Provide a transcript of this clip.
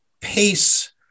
pace